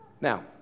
Now